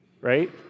right